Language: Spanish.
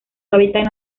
hábitat